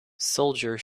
soldier